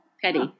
Petty